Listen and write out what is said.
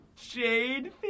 Jade